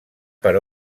per